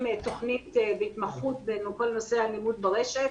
תוכנית בהתמחות בכל נושא האלימות ברשת.